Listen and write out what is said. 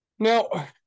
Now